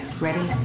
Ready